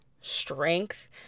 strength